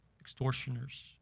extortioners